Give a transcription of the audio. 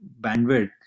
bandwidth